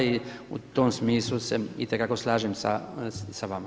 I u tom smislu se itekako slažem sa vama.